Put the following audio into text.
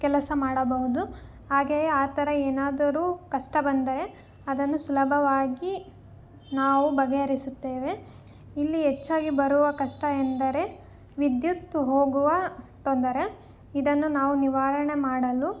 ಕೆಲಸ ಮಾಡಬಹುದು ಹಾಗೆಯೇ ಆ ಥರ ಏನಾದರೂ ಕಷ್ಟ ಬಂದರೆ ಅದನ್ನು ಸುಲಭವಾಗಿ ನಾವು ಬಗೆಹರಿಸುತ್ತೇವೆ ಇಲ್ಲಿ ಹೆಚ್ಚಾಗಿ ಬರುವ ಕಷ್ಟ ಎಂದರೆ ವಿದ್ಯುತ್ ಹೋಗುವ ತೊಂದರೆ ಇದನ್ನು ನಾವು ನಿವಾರಣೆ ಮಾಡಲು